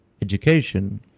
education